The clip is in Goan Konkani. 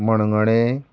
मणगणे